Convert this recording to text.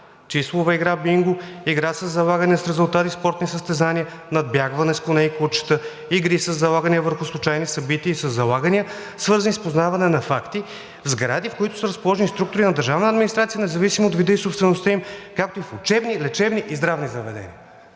числова игра бинго, игра със залагания с резултати, спортни състезания, надбягване с коне и кучета, игри със залагания върху случайни събития и със залагания, свързани с познаване на факти в сгради, в които са разположени структури на държавна администрация, независимо от вида и собствеността им, както в учебни, лечебни и здравни заведения.“